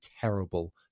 terrible